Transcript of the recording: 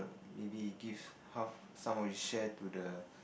maybe give half some of his share to the